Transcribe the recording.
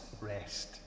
rest